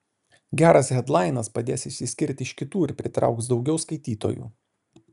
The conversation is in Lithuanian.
geras hedlainas padės išsiskirt iš kitų ir pritrauks daugiau skaitytojų